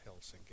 Helsinki